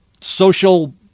social